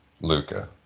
Luca